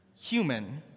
human